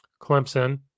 Clemson